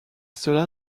cela